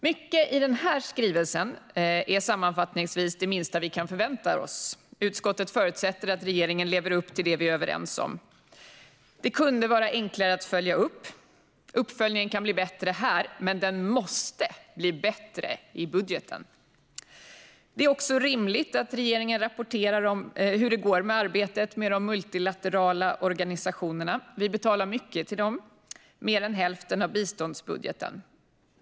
Mycket i denna skrivelse är sammanfattningsvis det minsta vi kan förvänta oss. Utskottet förutsätter att regeringen lever upp till det vi är överens om. Det kunde vara enklare att följa upp. Uppföljningen kan bli bättre här, men den måste bli bättre i budgeten. Det är också rimligt att regeringen rapporterar hur det går med arbetet med de multilaterala organisationerna. Vi betalar mycket till dem, mer än hälften av biståndsbudgeten.